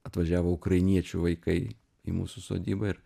atvažiavo ukrainiečių vaikai į mūsų sodybą ir